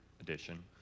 edition